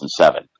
2007